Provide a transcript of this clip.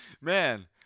man